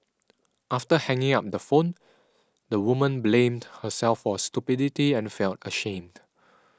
after hanging up the phone the woman blamed herself for stupidity and felt ashamed